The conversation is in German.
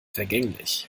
vergänglich